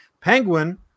Penguin